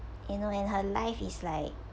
you know and her life is like